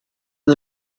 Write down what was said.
and